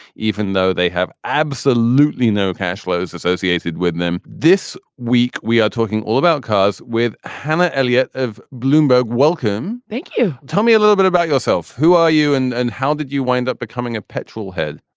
even though they have absolutely no cash flows associated with them. this week we are talking all about cars with hannah elliott of bloomberg. welcome. thank you. tell me a little bit about yourself. who are you and and how did you wind up becoming a petrol head?